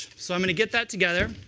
so i'm going to get that together.